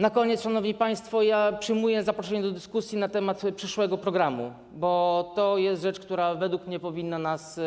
Na koniec, szanowni państwo, przyjmuję zaproszenie do dyskusji na temat przyszłego programu, bo to jest rzecz, która według mnie powinna nas